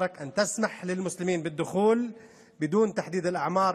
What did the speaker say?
שתתיר למוסלמים להיכנס ללא הגבלת גיל.